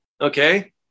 Okay